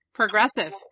progressive